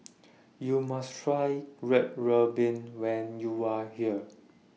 YOU must Try Red Ruby when YOU Are here